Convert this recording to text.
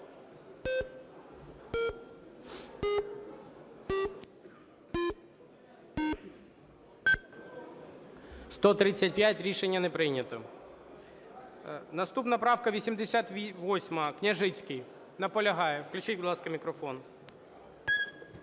За-135 Рішення не прийнято. Наступна правка 88, Княжицький. Наполягає. Включіть, будь ласка, мікрофон.